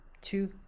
two